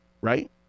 Right